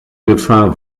gefahr